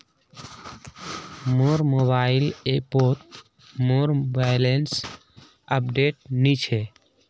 मोर मोबाइल ऐपोत मोर बैलेंस अपडेट नि छे